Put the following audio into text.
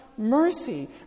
Mercy